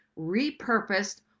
repurposed